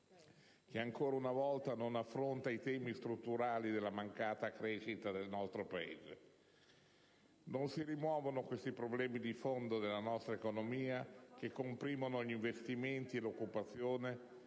che, ancora una volta, non affronta i temi strutturali della mancata crescita nel nostro Paese. Non si rimuovono i problemi di fondo della nostra economia che comprimono gli investimenti e l'occupazione,